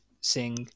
sing